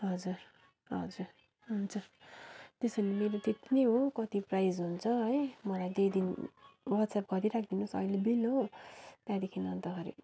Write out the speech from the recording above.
हजुर हजुर हुन्छ त्यसो भने मेरो त्यति नै हो कति प्राइस हुन्छ है मलाई त्यही दिन वाट्सएप गरिराखिदिनुहोस् अहिले बिल हो त्यहाँदेखि अन्तखेरि